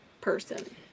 person